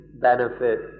benefit